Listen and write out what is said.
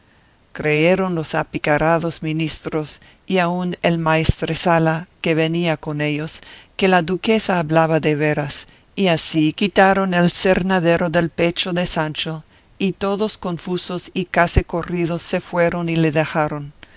creyeron los apicarados ministros y aun el maestresala que venía con ellos que la duquesa hablaba de veras y así quitaron el cernadero del pecho de sancho y todos confusos y casi corridos se fueron y le dejaron